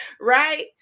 Right